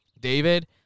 David